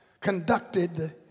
conducted